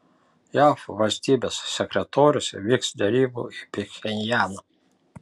jav valstybės sekretorius vyks derybų į pchenjaną